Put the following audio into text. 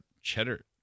cheddar